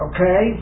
Okay